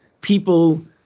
people